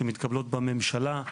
שמתקבלות בממשלה.